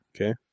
Okay